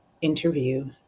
interview